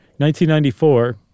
1994